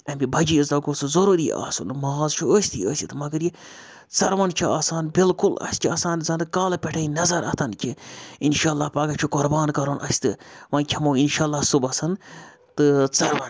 اَمہِ بجہِ عیز دۄہ گوٚو سُہ ضٔروٗری آسُن ماز چھُ ٲسۍتھی ٲسِتھ مگر یہِ ژَروَن چھِ آسان بِلکُل اَسہِ چھِ آسان زَن کالہٕ پٮ۪ٹھَے نَظَر اَتھ کہِ اِنشاء اللہ پَگاہ چھُ قۄربان کَرُن اَسہِ تہٕ وۄنۍ کھٮ۪مو اِنشاء اللہ صُبحس تہٕ ژَروَن